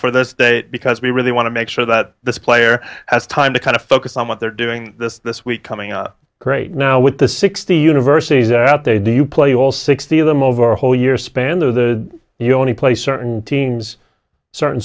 for this date because we really want to make sure that this player has time to kind of focus on what they're doing this this week coming up great now with the sixty universities out there do you play all sixty of them over a whole year span those you know only play certain teams certain